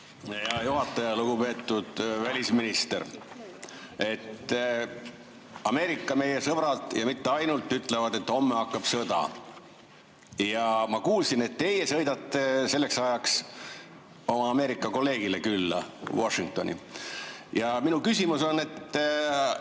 Hea juhataja! Lugupeetud välisminister! Ameerika, meie sõbrad, ja mitte ainult, ütlevad, et homme hakkab sõda. Ma kuulsin, et teie sõidate selleks ajaks oma Ameerika kolleegile külla Washingtoni. Minu küsimus on, et